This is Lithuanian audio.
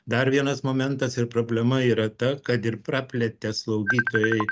dar vienas momentas ir problema yra ta kad ir praplėtė slaugytojai